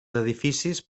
edificis